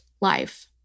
life